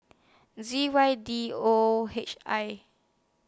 Z Y D O H I